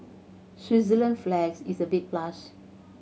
Switzerland flags is a big plus